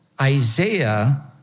Isaiah